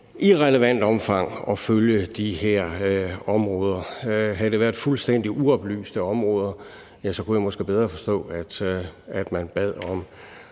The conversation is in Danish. i relevant omfang at følge de her områder. Havde det været fuldstændig uoplyste områder, kunne jeg måske bedre forstå, at man bad om